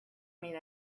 made